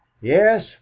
yes